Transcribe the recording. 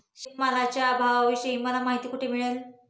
शेतमालाच्या भावाविषयी मला माहिती कोठे मिळेल?